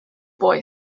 boy